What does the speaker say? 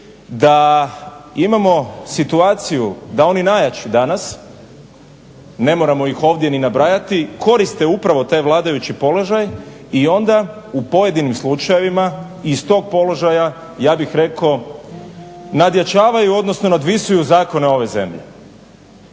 da imamo situaciju da oni najjači danas ne moramo ih ovdje ni nabrajati koriste upravo taj vladajući položaj i onda u pojedinim slučajevima iz tog položaja ja bih rekao nadjačavaju, odnosno nadvisuju zakone ove zemlje.